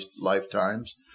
lifetimes